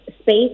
space